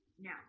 now